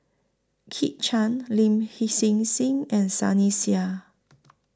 Kit Chan Lin He Hsin Hsin and Sunny Sia